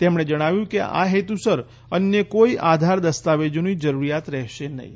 તેમણે જણાવ્યું કે આ હેતુસર અન્ય કોઇ આધાર દસ્તાવેજોની જરૂરિયાત રહેશે નહિ